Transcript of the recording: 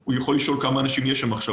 הוא יכול לשאול כמה אנשים יש עכשיו,